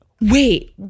Wait